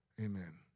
Amen